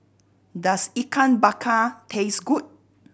does Ikan Bakar taste good